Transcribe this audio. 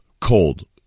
cold